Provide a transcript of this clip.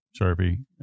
Sharpie